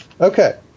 Okay